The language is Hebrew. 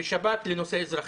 בשב"כ לנושא אזרחי.